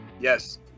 Yes